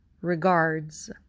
regards